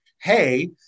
Hey